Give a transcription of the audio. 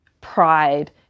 pride